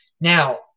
Now